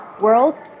world